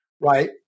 Right